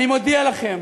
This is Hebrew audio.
אני מודיע לכם: